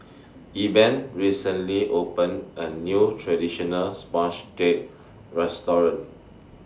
Eben recently opened A New Traditional Sponge Cake Restaurant